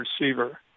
receiver